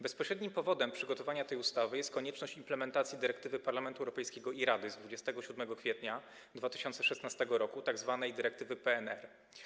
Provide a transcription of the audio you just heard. Bezpośrednim powodem przygotowania tej ustawy jest konieczność implementacji dyrektywy Parlamentu Europejskiego i Rady z 27 kwietnia 2016 r., tzw. dyrektywy PNR.